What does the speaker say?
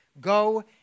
go